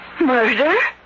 Murder